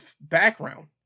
background